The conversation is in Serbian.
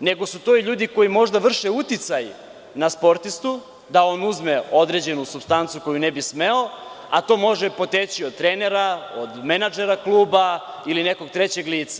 nego su to i ljudi koji možda vrše uticaj na sportistu da on uzme određenu supstancu koju ne bi smeo, a to može poteći od trenera, od menadžera kluba, ili nekog trećeg lica.